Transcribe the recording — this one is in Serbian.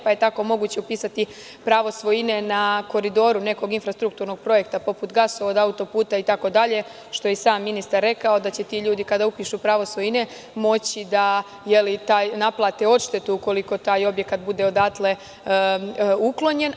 Tako je moguće upisati pravo svojine na koridoru nekog infrastrukturnog projekta, poput gasovoda, auto-puta itd, što je i sam ministar rekao, da će ti ljudi kada upišu pravo svojine moći da naplate odštetu ukoliko taj objekat bude odatle uklonjen.